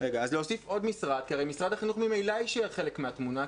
כי הרי משרד החינוך ממילא יישאר חלק מהתמונה,